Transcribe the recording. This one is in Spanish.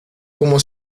como